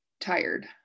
tired